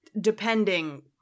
depending